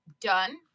done